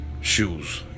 shoes